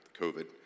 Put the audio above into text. COVID